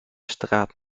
straat